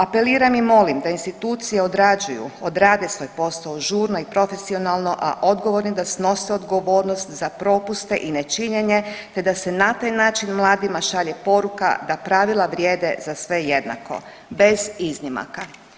Apeliram i molim da institucije odrađuju, odrade svoj posao žurno i profesionalno, a odgovorni da snose odgovornost za propuste i nečinjenje te da se na taj način mladima šalje poruka da pravila vrijede za sve jednako, bez iznimaka.